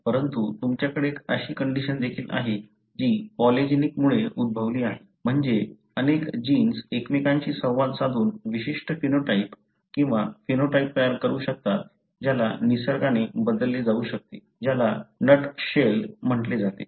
परंतु तुमच्याकडे अशी कंडिशन देखील आहे जी पॉलीजेनिक मुळे उद्भवली आहे म्हणजे अनेक जीन्स एकमेकांशी संवाद साधून विशिष्ट फेनोटाइप किंवा फिनोटाइप तयार करू शकतात ज्याला निसर्गाने बदलले जाऊ शकते ज्याला नटशेल म्हटले जाते